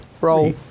roll